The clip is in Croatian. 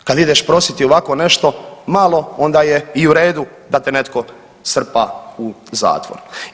Kad ideš prositi ovako nešto malo onda je i u redu da te netko strpa u zatvor.